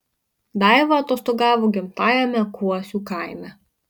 daiva atostogavo gimtajame kuosių kaime